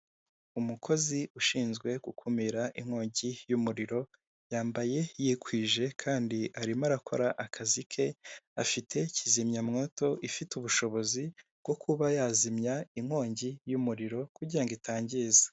Umukozi ushinzwe gukumira inkongi y'umuriro, yambaye yikwije kandi arimo arakora akazi ke. Afite kizimyamwoto ifite ubushobozi bwo kuba yazimya inkongi y'umuriro kugira ngo itangiza.